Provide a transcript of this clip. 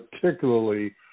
particularly